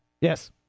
Yes